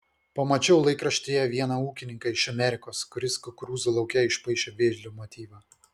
pamačiau laikraštyje vieną ūkininką iš amerikos kuris kukurūzų lauke išpaišė vėžlio motyvą